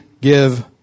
give